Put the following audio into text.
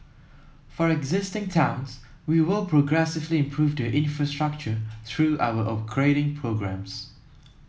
for existing towns we will progressively improve the infrastructure through our upgrading programmes